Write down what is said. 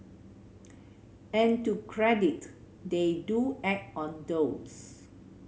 and to credit they do act on those